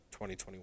2021